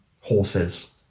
horses